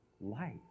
life